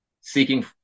seeking